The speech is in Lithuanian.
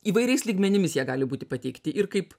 įvairiais lygmenimis jie gali būti pateikti ir kaip